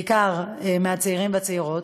בעיקר צעירים וצעירות.